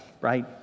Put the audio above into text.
right